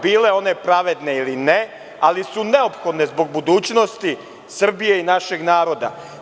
Bile one pravedne ili ne, one su neophodne zbog budućnosti Srbije i našeg naroda.